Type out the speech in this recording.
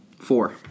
four